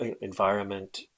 environment